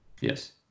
yes